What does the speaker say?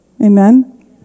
Amen